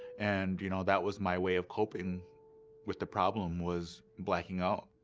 and you know, that was my way of coping with the problem was blacking out.